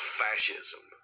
fascism